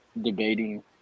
debating